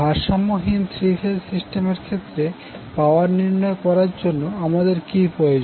ভারসাম্যহীন three phase সিস্টেমের ক্ষেত্রে পাওয়ার নির্ণয় করার জন্য আমাদের কী প্রয়োজন